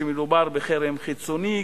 כשמדובר בחרם חיצוני,